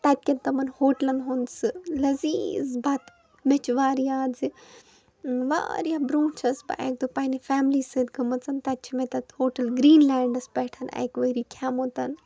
تَتہِ کٮ۪ن تِمن ہوٹلن ہُنٛد سٕہ لَزیٖز بَتہٕ مےٚ چھُ وارٕیاد زِ وارِیاہ برٛونٛٹھ چھَس بہٕ اَکہِ دۄہ پَنہٕ فٮ۪ملی سۭتۍ گٔمٕژن تَتہِ چھِ مےٚ تَتہِ ہۄٹل گریٖن لینڈس پٮ۪ٹھ اَکہِ وٲری کھٮ۪مُتن